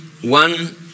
one